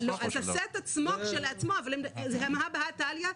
הסט כשלעצמו לא, אבל הם הא בהא תליא.